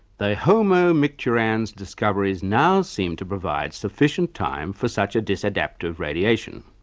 the homo micturans discoveries now seem to provide sufficient time for such a disadaptive radiation.